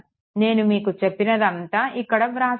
నేను మీకు చెప్పినది అంతా ఇక్కడ వ్రాసి ఉంది